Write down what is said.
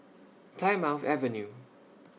Plymouth Avenue